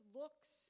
looks